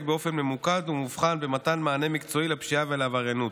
באופן ממוקד ומובחן במתן מענה מקצועי לפשיעה ולעבריינות.